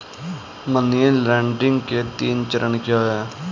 Money laundering के तीन चरण क्या हैं?